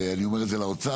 אני אומר את זה לאוצר,